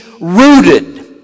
rooted